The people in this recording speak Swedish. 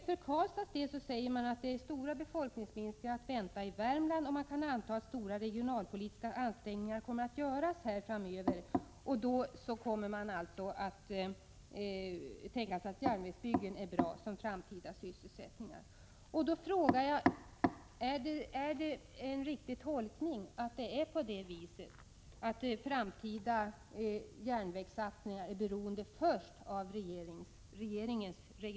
För Karlstads del sägs att stora befolkningsminskningar är att vänta i Värmland och att man kan anta att stora regionalpolitiska ansträngningar kommer att göras där framöver. Då tänker man sig att järnvägsbyggen är bra som framtida sysselsättning.